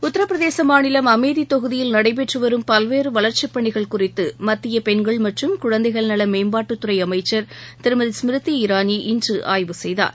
உத்தரப்பிரதேச மாநிலம் அமேதி தொகுதியில் நடைபெற்றுவரும் பல்வேறு வளர்ச்சிப்பணிகள் குறித்து மத்திய பெண்கள் மற்றும் குழந்தைகள் நல மேம்பாட்டுத்துறை அமைச்சர் திருமதி ஸ்மிருதி இராணி இன்று ஆய்வு செய்தார்